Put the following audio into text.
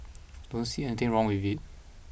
don't see anything wrong with it